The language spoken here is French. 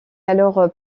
alors